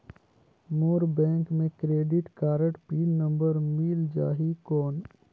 मोर bank मे credit card PIN number मिल जाहि कौन?